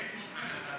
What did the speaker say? היית מוזמנת,